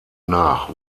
nach